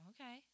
Okay